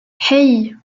hey